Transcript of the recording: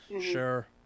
Sure